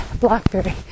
Blackberry